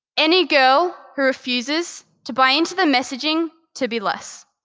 any girl who refuses to buy into the messaging to be less.